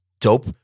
Dope